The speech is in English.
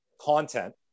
content